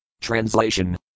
Translation